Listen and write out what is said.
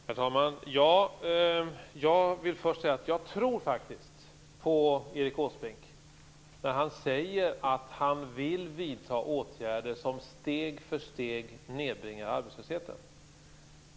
Herr talman! Jag vill först säga att jag faktiskt tror på Erik Åsbrink när han säger att han vill vidta åtgärder som steg för steg nedbringar arbetslösheten.